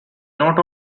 not